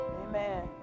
Amen